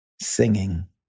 singing